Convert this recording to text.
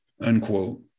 unquote